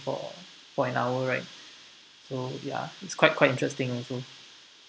for for an hour right so ya it's quite quite interesting also